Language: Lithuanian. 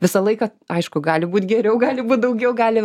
visą laiką aišku gali būt geriau gali būt daugiau gali